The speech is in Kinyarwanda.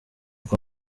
kwa